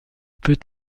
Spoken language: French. peut